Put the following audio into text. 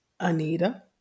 Anita